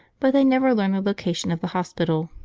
but they never learn the location of the hospital,